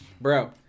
bro